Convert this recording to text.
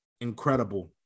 incredible